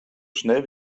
schnell